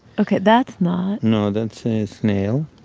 ok. that's not. no, that's a snail.